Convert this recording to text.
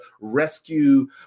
rescue